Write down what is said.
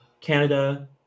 Canada